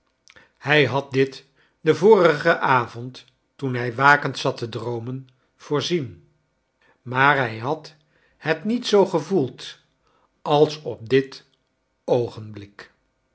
hij had dit den vorigen avond toen hij wakend zat te droomen voorzien maar hij had het niet zoo gevoeld als op dit oogenblik